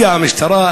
הגיעה המשטרה,